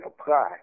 apply